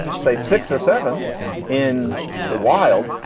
say, six or seven in the wild.